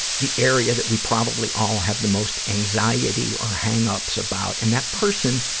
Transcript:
the area that we probably all have the most anxiety or hang ups about. and that person